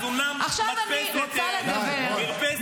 אז היום הוא פברק ריב -- גלית,